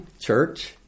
church